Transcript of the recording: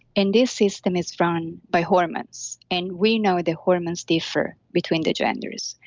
and this system is run by hormones. and we know that hormones differ between the genders.